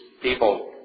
people